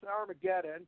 Armageddon